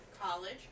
college